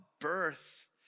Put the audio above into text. birth